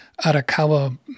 Arakawa